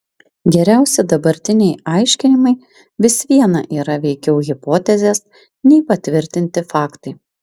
geriausi dabartiniai aiškinimai vis viena yra veikiau hipotezės nei patvirtinti faktai